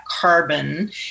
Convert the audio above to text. carbon